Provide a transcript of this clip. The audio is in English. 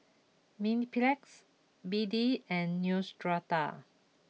Mepilex B D and Neostrata